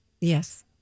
Yes